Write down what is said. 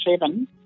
seven